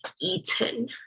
eaten